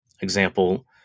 example